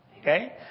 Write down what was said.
Okay